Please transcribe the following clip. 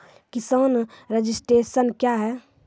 किसान रजिस्ट्रेशन क्या हैं?